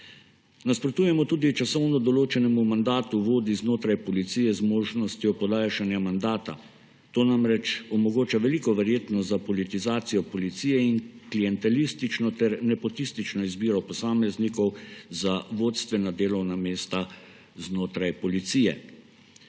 Nasprotujemo tudi časovno določenemu mandatu vodij znotraj Policije z možnostjo podaljšanja mandata. To namreč omogoča veliko verjetnost za politizacijo Policije in klientelistično ter nepotistično izbiro posameznikov za vodstvena delovna mesta znotraj Policije.